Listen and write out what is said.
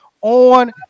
On